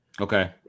Okay